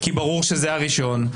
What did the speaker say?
כי ברור שזה הראשון.